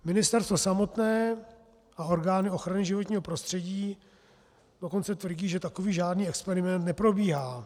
Ministerstvo samotné a orgány ochrany životního prostředí dokonce tvrdí, že takový žádný experiment neprobíhá.